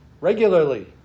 regularly